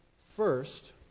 First